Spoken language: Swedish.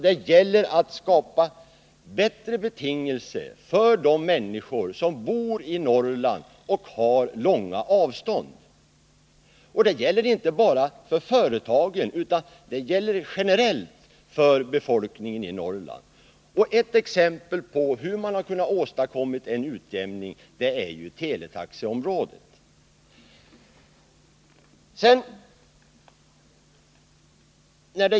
Det gäller att skapa bättre betingelser för de människor som bor i Norrland och har långa avstånd — alltså inte bara för företagen utan generellt för befolkningen i Norrland. Ett exempel på hur man har kunnat åstadkomma en utjämning är teletaxeområdet.